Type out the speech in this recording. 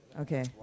Okay